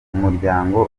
umuryango